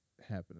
happening